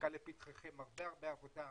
מחכה לפתחכם הרבה עבודה.